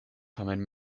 tamen